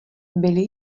byli